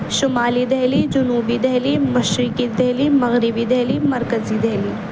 شمالی دہلی جنوبی دہلی مشرقی دہلی مغربی دہلی مرکزی دہلی